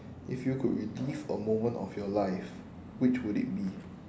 if you could relive a moment of your life which would it be